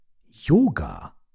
Yoga